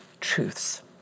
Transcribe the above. truths